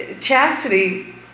chastity